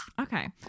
Okay